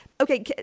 Okay